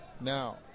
Now